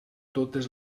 totes